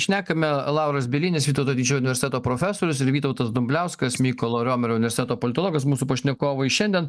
šnekame lauras bielinis vytauto didžiojo universiteto profesorius ir vytautas dumbliauskas mykolo romerio universiteto politologas mūsų pašnekovai šiandien